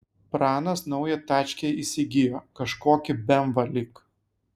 pranas naują tačkę įsigijo kažkokį bemvą lyg